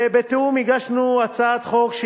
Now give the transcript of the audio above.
ובתיאום הגשנו הצעת חוק.